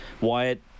Wyatt